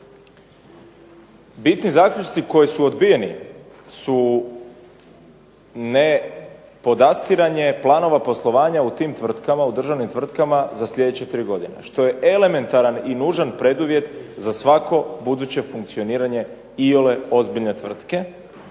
Bitni zaključci koji su odbijeni su nepodastiranje planova poslovanja u tim tvrtkama, državnim tvrtkama, za sljedeće 3 godine, a što je elementaran i nužan preduvjet za svako buduće funkcioniranje iole ozbiljne tvrtke.